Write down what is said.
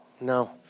no